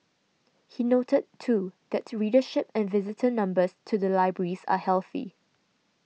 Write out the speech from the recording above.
he noted too that readership and visitor numbers to the libraries are healthy